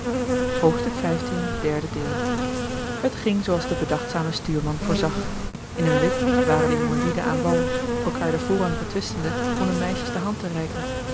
de bedachtzame stuurman voorzag in een wip waren de jongelieden aan wal elkaâr den voorrang betwistende om de meisjes de hand te reiken